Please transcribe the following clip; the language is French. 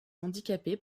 handicapée